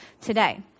today